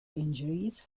injuries